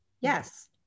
Yes